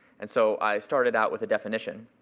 and so, i started out with a definition.